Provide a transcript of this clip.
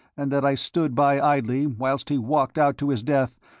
and that i stood by idly whilst he walked out to his death.